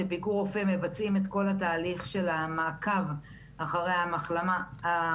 כשביקור רופא מבצעים את כל התהליך של המעקב אחרי המחלה עד ההחלמה.